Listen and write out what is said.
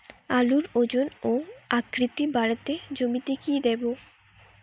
আলুর ওজন ও আকৃতি বাড়াতে জমিতে কি দেবো?